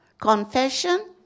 confession